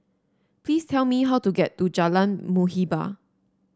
please tell me how to get to Jalan Muhibbah